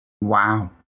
wow